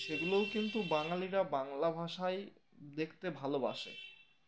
সেগুলোও কিন্তু বাঙালিরা বাংলা ভাষায় দেখতে ভালোবাসে